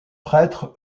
prêtre